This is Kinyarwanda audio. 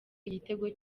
igitego